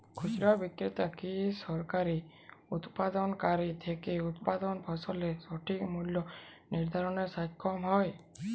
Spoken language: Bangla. খুচরা বিক্রেতারা কী সরাসরি উৎপাদনকারী থেকে উৎপন্ন ফসলের সঠিক মূল্য নির্ধারণে সক্ষম হয়?